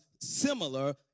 similar